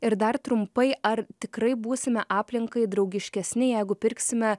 ir dar trumpai ar tikrai būsime aplinkai draugiškesni jeigu pirksime